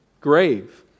grave